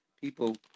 people